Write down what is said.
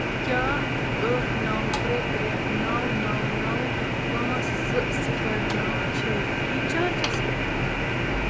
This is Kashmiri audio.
کیٛاہ ٲٹھ نَو ترٛےٚ ترٛےٚ نَو نَو نَو پانٛژھ زٕ صِفر نَو چھے فرٛی چارجس پٮ۪ٹھ